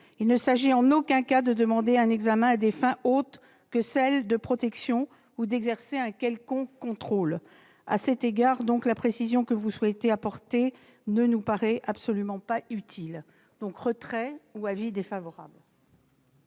Il ne s'agit en aucun cas de demander un examen à des fins autres que celles de protection ou d'exercer un quelconque contrôle. À cet égard, la précision que vous souhaitez apporter ne nous paraît absolument pas utile. Le Gouvernement demande donc le